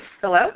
Hello